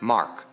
Mark